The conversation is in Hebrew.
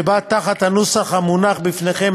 שבא תחת הנוסח המונח בפניכם,